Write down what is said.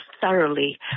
thoroughly